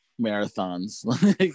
marathons